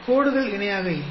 கோடுகள் இணையாக இல்லை